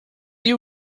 you